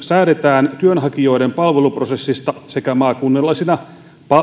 säädetään työnhakijoiden palveluprosessista sekä maakunnallisina